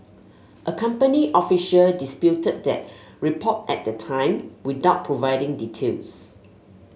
a company official disputed that report at the time without providing details